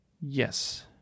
Yes